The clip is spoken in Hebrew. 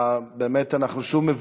באמת אנחנו שוב מבוזים,